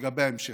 לגבי ההמשך.